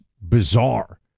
bizarre